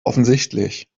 offensichtlich